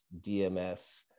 DMS